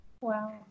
Wow